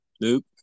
nope